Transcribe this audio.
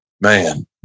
man